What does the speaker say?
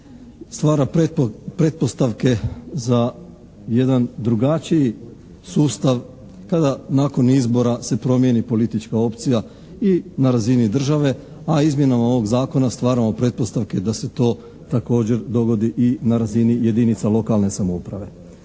stvara pretpostavke za jedan drugačiji sustav kada nakon izbora se promijeni politička opcija i na razini države, a izmjenama ovog zakona stvaramo pretpostavke da se to također dogodi i na razini jedinica lokalne samouprave.